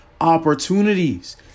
opportunities